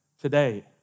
Today